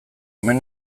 omen